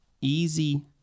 easy